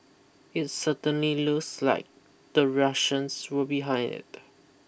it certainly looks like the Russians were behind it